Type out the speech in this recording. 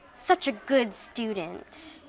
such a good student.